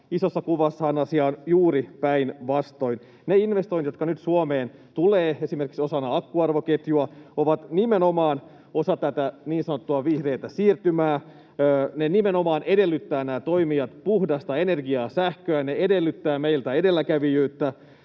Isossa kuvassahan asia on juuri päinvastoin: ne investoinnit, joita nyt Suomeen tulee, esimerkiksi osana akkuarvoketjua, ovat nimenomaan osa tätä niin sanottua vihreää siirtymää, ja nämä toimijat nimenomaan edellyttävät puhdasta energiaa ja sähköä, ja ne edellyttävät meiltä edelläkävijyyttä.